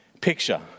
picture